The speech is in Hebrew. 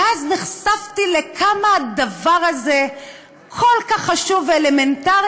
ואז נחשפתי לכמה הדבר הזה כל כך חשוב ואלמנטרי,